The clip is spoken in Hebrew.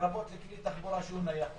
לרבות לכלי תחבורה שהוא נייח,